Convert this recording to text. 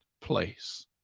place